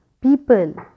people